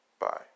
Bye